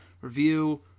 review